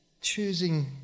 choosing